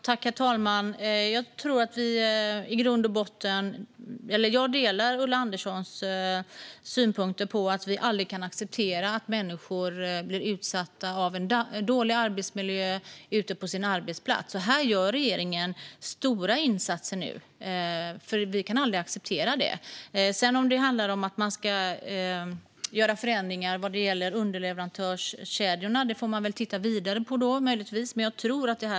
Herr talman! Jag delar Ulla Anderssons synpunkter på att vi aldrig kan acceptera att människor blir utsatta för en dålig arbetsmiljö ute på sin arbetsplats. Här gör regeringen nu stora insatser, för vi kan aldrig acceptera det. När det sedan handlar om att göra förändringar vad gäller underleverantörskedjorna får man möjligtvis titta vidare på det.